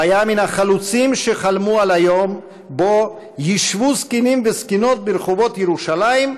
הוא היה מהחלוצים שחלמו על היום שבו ישבו זקנים וזקנות ברחובות ירושלים,